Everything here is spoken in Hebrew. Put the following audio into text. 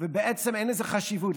ובעצם אין לזה חשיבות.